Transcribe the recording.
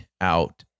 out